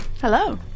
Hello